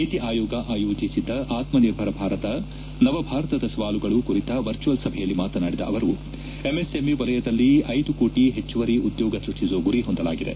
ನೀತಿ ಆಯೋಗ ಆಯೋಜಿಸಿದ್ದ ಆತ್ಮ ನಿರ್ಭರ ಭಾರತ ಆರ್ಮೆಜ್ ನವಭಾರತದ ಸವಾಲುಗಳು ಕುರಿತ ವರ್ಚುವೆಲ್ ಸಭೆಯಲ್ಲಿ ಮಾತನಾಡಿದ ಅವರು ಎಂಎಸ್ಎಂಇ ವಲಯದಲ್ಲಿ ಐದು ಕೋಟಿ ಹೆಚ್ಚುವರಿ ಉದ್ಯೋಗ ಸೃಷ್ಠಿಸುವ ಗುರಿ ಹೊಂದಲಾಗಿದೆ